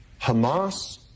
Hamas